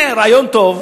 אז הנה רעיון טוב,